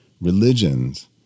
religions